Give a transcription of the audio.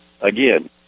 Again